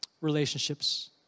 relationships